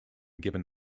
given